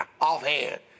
Offhand